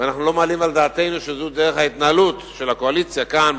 ואנחנו לא מעלים על דעתנו שזו דרך ההתנהלות של הקואליציה כאן,